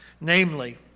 namely